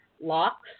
locks